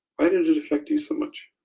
why did it it affect you so much?